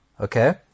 Okay